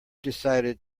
decided